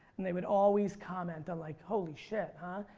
and they would always comment on like, holy shit. huh?